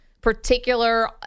particular